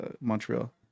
montreal